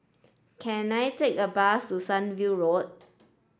can I take a bus to Sunview Road